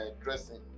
dressing